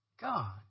God